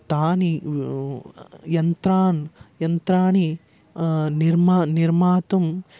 तानि यन्त्रान् यन्त्राणि निर्म निर्मातुं